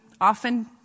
often